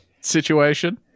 situation